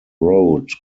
road